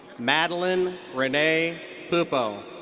madeline renee pupo.